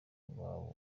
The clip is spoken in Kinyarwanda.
rwa